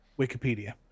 Wikipedia